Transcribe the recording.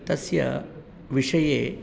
तस्य विषये